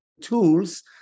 tools